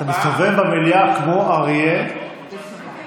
אתה מסתובב במליאה כמו אריה בסוגר.